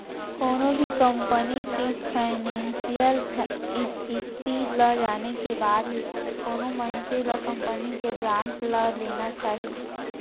कोनो भी कंपनी के फानेसियल इस्थिति ल जाने के बाद ही कोनो मनसे ल कंपनी के बांड ल लेना चाही